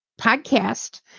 podcast